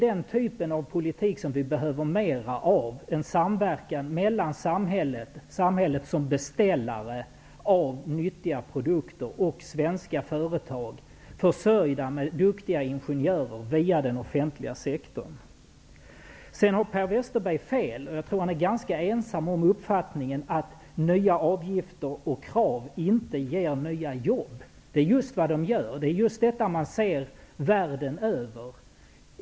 Den typen av politik behöver vi mer av -- samverkan mellan samhället som beställare av nyttiga produkter och svenska företag, försörjda med duktiga ingenjörer via den offentliga sektorn. Jag tror att Per Westerberg är ganska ensam om uppfattningen att nya avgifter och krav inte ger nya jobb. Det är just vad de gör! Det ser man världen över.